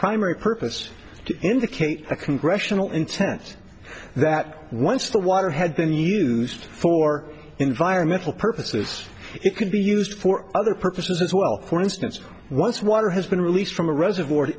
primary purpose to indicate a congressional intent that once the water had been used for environmental purposes it could be used for other purposes as well for instance once water has been released from a reservoir to